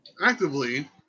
actively